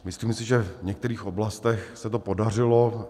Myslím si, že v některých oblastech se to podařilo.